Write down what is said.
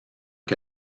que